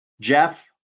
Jeff